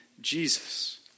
Jesus